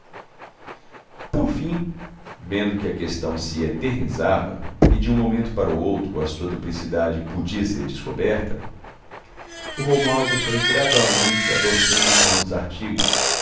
por fim vendo que a questão se eternizava e de um momento para o outro a sua duplicidade podia ser descoberta o romualdo foi gradualmente adoçando o tom dos artigos